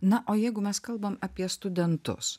na o jeigu mes kalbam apie studentus